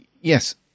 Yes